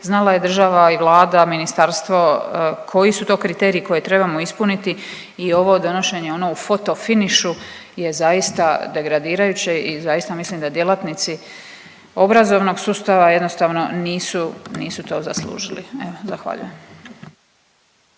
znala je država i Vlada, ministarstvo koji su to kriteriji koje trebamo ispuniti. I ovo donošenje ono u foto finišu je zaista degradirajuće i zaista mislim da djelatnici obrazovnog sustava jednostavno nisu, nisu to zaslužili. Evo zahvaljujem.